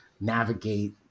navigate